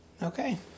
Okay